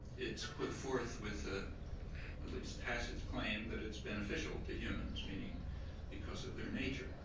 it's put forth with ah at least tacit claim that it's beneficial to humans, meaning because of their nature.